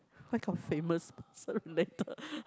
where got famous person related